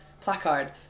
placard